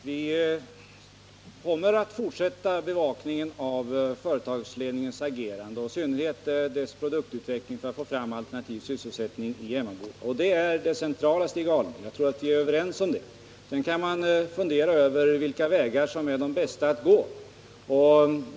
vid AB Emmaboda Herr talman! Vi kommer att fortsätta bevakningen av företagsledningens Glasverk agerande, i synnerhet dess ansträngningar att genom produktutveckling få fram alternativ sysselsättning i Emmaboda. Det är det centrala, Stig Alemyr. Jag tror att vi är överens om detta. Sedan kan man fundera över vilka vägar som är de bästa att gå.